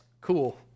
Cool